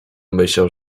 myślał